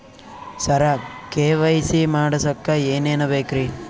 ಸರ KYC ಮಾಡಸಕ್ಕ ಎನೆನ ಬೇಕ್ರಿ?